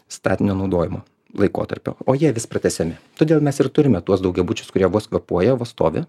statinio naudojimo laikotarpio o jie vis pratęsiami todėl mes ir turime tuos daugiabučius kurie vos kvėpuoja vos stovi